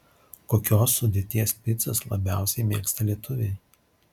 kokios sudėties picas labiausiai mėgsta lietuviai